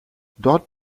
dort